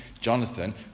Jonathan